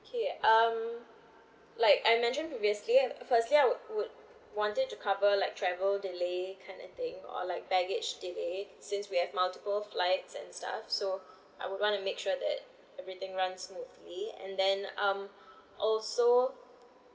K um like I mentioned previously firstly I would would wanted to cover like travel delay kind of thing or like baggage delay since we have multiple flights and stuff so I would want to make sure that everything run smoothly and then um also